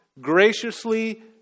graciously